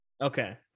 Okay